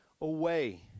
away